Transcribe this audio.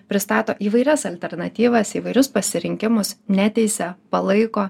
pristato įvairias alternatyvas įvairius pasirinkimus neteisia palaiko